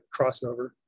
crossover